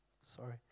Sorry